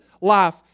life